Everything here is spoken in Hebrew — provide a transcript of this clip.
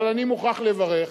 אבל אני מוכרח לברך